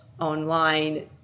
online